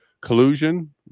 collusion